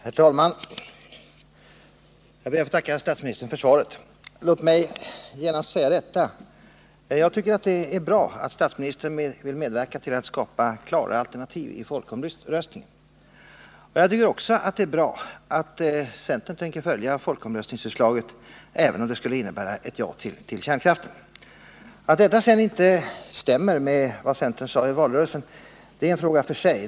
Herr talman! Jag ber att få tacka statsministern för svaret. Låt mig genast säga detta: Jag tycker det är bra att statsministern vill medverka till att skapa klara alternativ i folkomröstningen. Jag tycker också det är bra att centern tänker följa folkomröstningsutslaget, även om det skulle innebära ett ja till kärnkraften. Att detta sedan inte stämmer med vad centern sade i valrörelsen är en sak för sig.